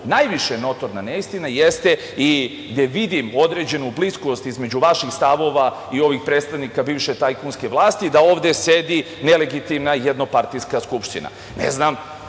najviše notorna neistina jeste, a i gde vidim određenu bliskost između vaših stavova i ovih predstavnika bivše tajkunske vlasti, da ovde sedi nelegitimna, jednopartijska Skupština. Ja